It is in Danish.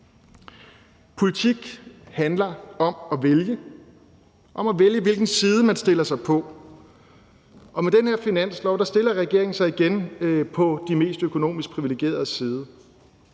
om at vælge, om at vælge, hvilken side man stiller sig på, og med det her finanslovsforslag stiller regeringen sig igen på de mest økonomisk privilegeredes side.